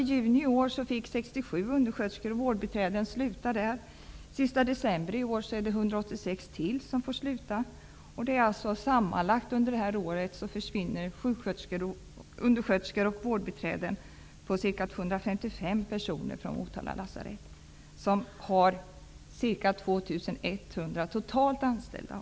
I juni i år fick 67 undersköterskor och vårdbiträden sluta där. Den sista december i år kommer 186 till att få sluta. Sammanlagt under det här året försvinner ca 255 undersköterskor och vårdbiträden från Motala lasarett. Totalt har Motala lasarett ca 2 100 anställda.